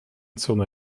zone